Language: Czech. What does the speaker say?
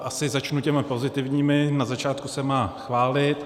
Asi začnu těmi pozitivními, na začátku se má chválit.